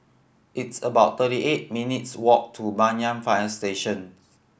it's about thirty eight minutes' walk to Banyan Fire Station